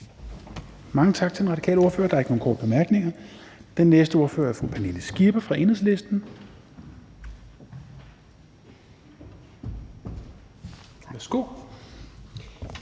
Mange tak til den radikale ordfører. Der er ikke nogen korte bemærkninger. Den næste ordfører er fru Pernille Skipper fra Enhedslisten. Værsgo.